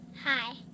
Hi